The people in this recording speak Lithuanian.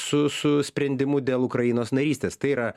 su su sprendimu dėl ukrainos narystės tai yra